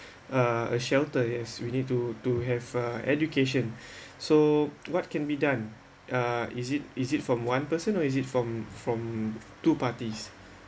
uh a shelter yes we need to to have uh education so what can be done uh is it is it from one person or is it from from two parties